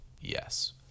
Yes